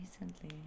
recently